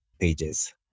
pages